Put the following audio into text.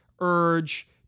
urge